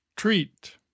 Treat